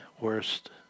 worst